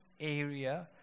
area